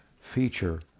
feature